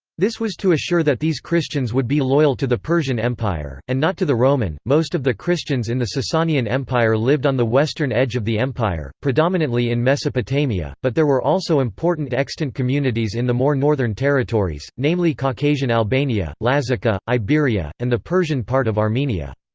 this was to assure that these christians would be loyal to the persian empire, and not to the roman most of the christians in the sasanian empire lived on the western edge of the empire, predominantly in mesopotamia, but there were also important extant communities in the more northern territories, namely caucasian albania, lazica, iberia, and the persian part of armenia.